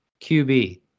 QB